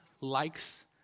likes